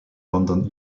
london